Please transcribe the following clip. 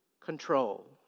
Control